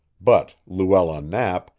but luella knapp,